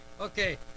Okay